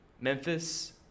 Memphis